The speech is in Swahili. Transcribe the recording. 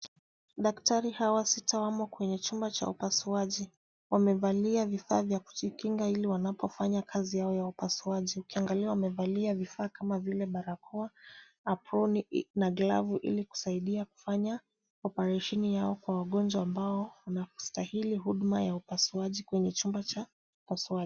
Daktari hawa sita wamo kwenye chumba cha upasuaji. Wamevalia vifaa vya kujikinga ili wanapofanya kazi yao ya upasuaji. Ukiangalia wamevalia vifaa kama vile barakoa, aproni na glavu ili kusaidia kufanya oparesheni yao kwa wagonjwa ambao wanastahili huduma ya upasuaji kwenye chumba cha upasuaji.